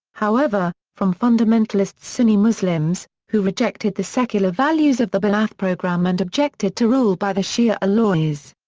however, from fundamentalist sunni muslims, who rejected the secular values of the ba'ath program and objected to rule by the shia alawis.